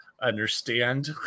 understand